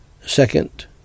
Second